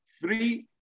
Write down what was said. three